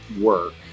work